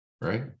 right